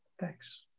Thanks